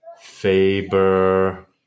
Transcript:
Faber